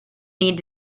need